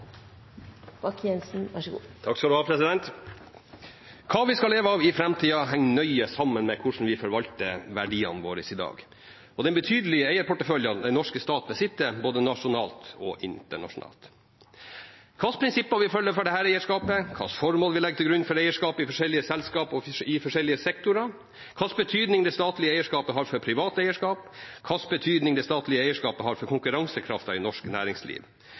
vi skal leve av i framtida, henger nøye sammen med hvordan vi forvalter verdiene våre i dag, og den betydelige eierporteføljen den norske stat besitter, både nasjonalt og internasjonalt. Hvilke prinsipper vi følger for dette eierskapet, hvilket formål vi legger til grunn for eierskap i forskjellige selskaper og i forskjellige sektorer, hvilken betydning det statlige eierskapet har for privat eierskap, hvilken betydning det statlige eierskapet har for konkurransekraften i norsk næringsliv